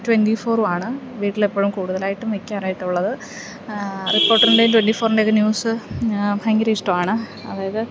twenty ഫോറും ആണ് വീട്ടിൽ എപ്പോഴും കൂടുതലായിട്ടും വെക്കാറായിട്ടുള്ളത് റിപ്പോർട്ടറിൻ്റെയും ട്വൻറി ഫോറിൻ്റെക്കെ ന്യൂസ് ഭയങ്കര ഇഷ്ടമാണ് അതായത്